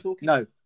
no